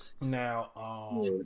Now